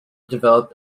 developed